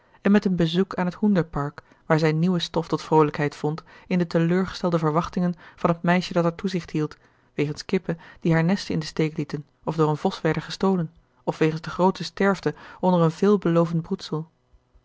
en met een bezoek aan het hoenderpark waar zij nieuwe stof tot vroolijkheid vond in de teleurgestelde verwachtingen van het meisje dat er toezicht hield wegens kippen die haar nesten in den steek lieten of door een vos werden gestolen of wegens de groote sterfte onder een veelbelovend broedsel